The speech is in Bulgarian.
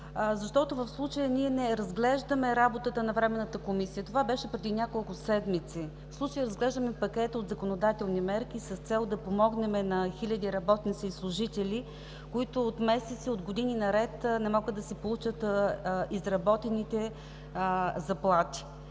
В случая ние не разглеждаме работата на Временната комисия – това беше преди няколко седмици. В случая разглеждаме пакет от законодателни мерки с цел да помогнем на хиляди работници и служители, които от месеци, от години наред не могат да си получат изработените заплати